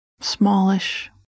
smallish